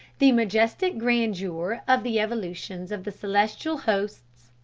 the majestic grandeur of the evolutions of the celestial hosts,